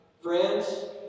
Friends